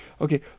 Okay